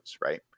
right